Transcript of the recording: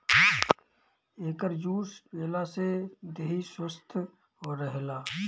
एकर juice पियला से देहि स्वस्थ्य रहेला